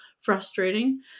frustrating